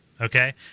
okay